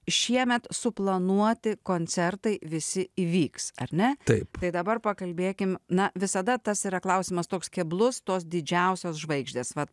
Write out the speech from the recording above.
šiemet suplanuoti koncertai visi įvyks ar ne taip tai dabar pakalbėkime na visada tas yra klausimas toks keblus tos didžiausios žvaigždės vat